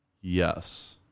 Yes